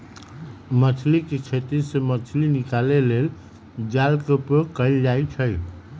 मछरी कें खेति से मछ्री निकाले लेल जाल के उपयोग कएल जाइ छै